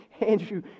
Andrew